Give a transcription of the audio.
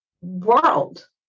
world